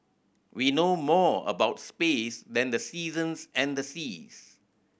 we know more about space than the seasons and the seas